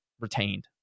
retained